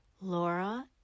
laura